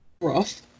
rough